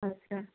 अच्छा